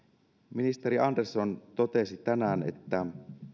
ministeri andersson totesi tänään että